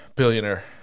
Billionaire